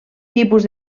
tipus